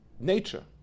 nature